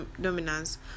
dominance